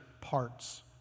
parts